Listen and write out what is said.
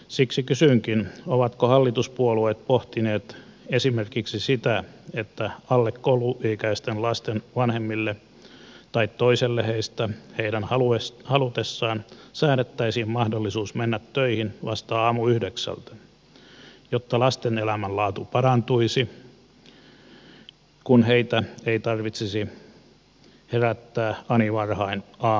siksi kysynkin ovatko hallituspuolueet pohtineet esimerkiksi sitä että alle kouluikäisten lasten vanhemmille tai toiselle heistä heidän halutessaan säädettäisiin mahdollisuus mennä töihin vasta aamuyhdeksältä jotta lasten elämänlaatu parantuisi kun heitä ei tarvitsisi herättää ani varhain aamuisin